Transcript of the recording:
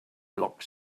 block